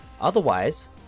Otherwise